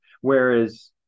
whereas